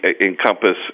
encompass